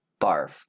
Barf